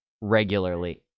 regularly